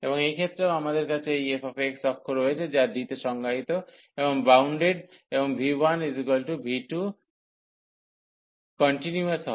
এবং এই ক্ষেত্রেও আমাদের কাছে এই fxy অক্ষ রয়েছে যা D তে সংজ্ঞায়িত এবং বাউন্ডেড এবং v1 এবং v2 কন্টিনিউয়াস হয়